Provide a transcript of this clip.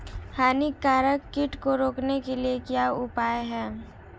हानिकारक कीट को रोकने के क्या उपाय हैं?